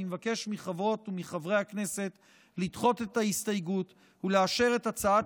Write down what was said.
אני מבקש מחברות ומחברי הכנסת לדחות את ההסתייגויות ולאשר את הצעת